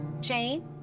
Jane